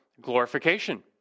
glorification